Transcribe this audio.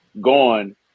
gone